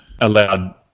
allowed